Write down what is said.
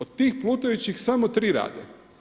Od tih plutajućih samo 3 rade.